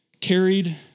carried